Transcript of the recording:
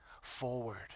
forward